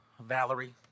Valerie